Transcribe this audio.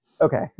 okay